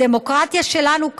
הדמוקרטיה שלנו,